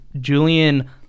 Julian